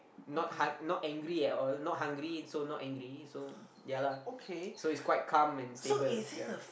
not hung~ not angry at all not hungry so not angry so ya lah so it's quite calm and stable ya